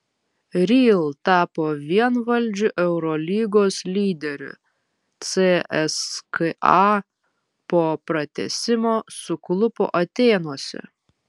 real tapo vienvaldžiu eurolygos lyderiu cska po pratęsimo suklupo atėnuose